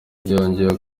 yongeyeho